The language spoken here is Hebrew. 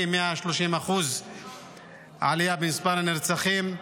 עלייה של כ-130% במספר הנרצחים.